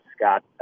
Scott